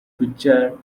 picture